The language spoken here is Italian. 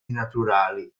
naturali